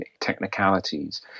technicalities